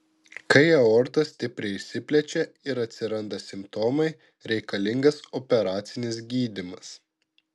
kai aorta stipriai išsiplečia ir atsiranda simptomai reikalingas operacinis gydymas